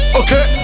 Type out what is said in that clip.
okay